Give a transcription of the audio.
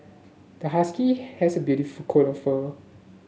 the husky has a beautiful coat of fur